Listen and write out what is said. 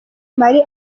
marie